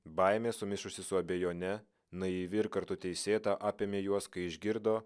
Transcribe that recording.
baimė sumišusi su abejone naivi ir kartu teisėta apėmė juos kai išgirdo